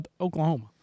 Oklahoma